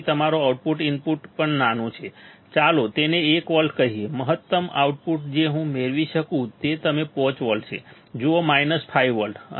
તેથી તમારું output input પણ નાનું છે ચાલો તેને 1 વોલ્ટ કહીએ મહત્તમ આઉટપુટ જે હું મેળવી શકું તે તમને 5 વોલ્ટ છે જુઓ માઇનસ 5 વોલ્ટ